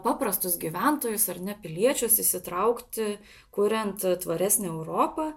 paprastus gyventojus ar ne piliečius įsitraukti kuriant tvaresnę europą